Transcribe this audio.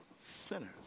sinners